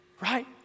Right